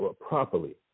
properly